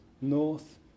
north